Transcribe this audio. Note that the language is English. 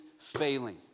failing